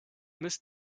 misst